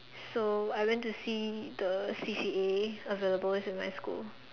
so I went to see the C_C_A available in my school